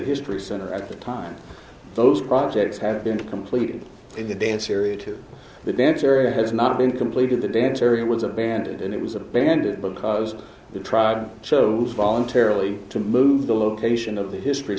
history center at the time those projects had been completed in the dance area to the dance area has not been completed the dance area was abandoned and it was abandoned because the tribe chose voluntarily to move the location of the history